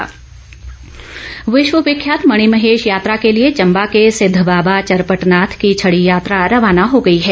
मणि महेश यात्रा विश्व विख्यात मणि महेश यात्रा के लिए चंबा के सिद्ध बाबा चरपट नाथ की छड़ी यात्रा रवाना हो गई है